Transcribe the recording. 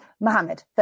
mohammed